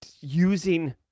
using